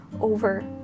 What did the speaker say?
over